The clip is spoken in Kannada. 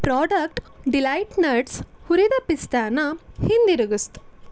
ಪ್ರಾಡಕ್ಟ್ ಡಿಲೈಟ್ ನಟ್ಸ್ ಹುರಿದ ಪಿಸ್ತಾನ ಹಿಂದಿರಗ್ಸ್ತ್